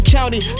County